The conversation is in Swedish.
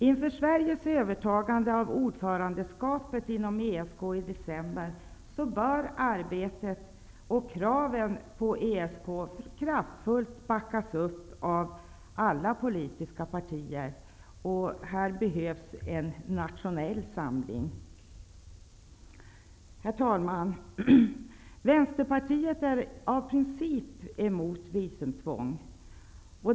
Inför Sveriges övertagande av ordförandeskapet inom ESK i december bör arbetet i och kraven på ESK kraftfullt backas upp av alla politiska partier, och i detta sammanhang behövs det en nationell samling. Herr talman! Vänsterpartiet är av princip emot visumtvång.